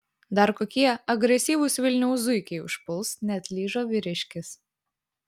dar kokie agresyvūs vilniaus zuikiai užpuls neatlyžo vyriškis